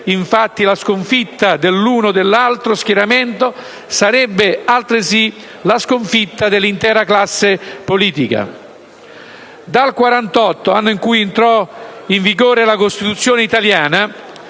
infatti, la sconfitta dell'uno o dell'altro schieramento, ma sarebbe la sconfitta dell'intera classe politica. Dal 1948, anno in cui entrò in vigore la Costituzione italiana,